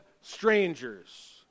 strangers